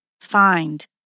find